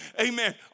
amen